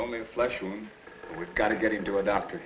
only flesh we've got to get into a doctor